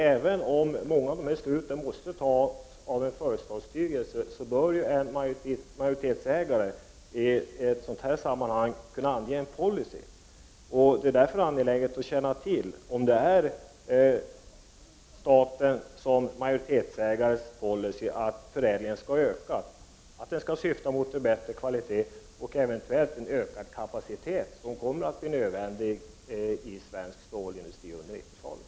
Även om många av de här besluten måste tas av företagets styrelse, så bör ju en majoritetsägare i ett sådant här sammanhang kunna ange en policy. Det är därför angeläget att känna till om det är statens policy såsom majoritetsägare att förädlingen skall öka, att den skall syfta till en bättre kvalitet — och eventuellt även till en ökad kapacitet, som kommer att bli nödvändig i svensk stålindustri under 90-talet.